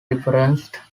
referenced